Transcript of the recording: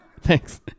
Thanks